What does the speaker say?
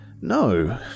No